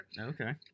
Okay